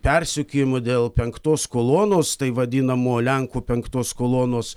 persekiojimo dėl penktos kolonos tai vadinamo lenkų penktos kolonos